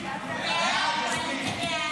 נתקבלו.